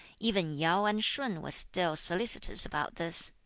even yao and shun were still solicitous about this.